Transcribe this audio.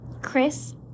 chris